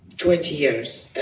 twenty years,